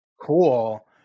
cool